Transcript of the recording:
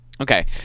Okay